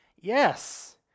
yes